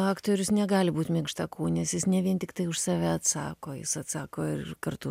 aktorius negali būt minkštakūnis jis ne vien tiktai už save atsako jis atsako ir kartu